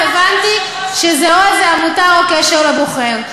ואז הבנתי שזה או איזו עמותה או קשר לבוחר.